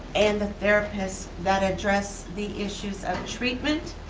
and the therapist that address the issues ah treatment,